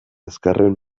azkarren